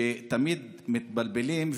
שתמיד מתבלבלים,